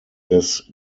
des